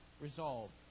resolved